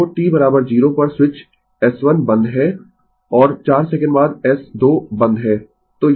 तो t 0 पर switch S1 बंद है और 4 सेकंड बाद S 2 बंद है